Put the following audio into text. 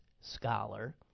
Scholar